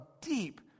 deep